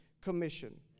commission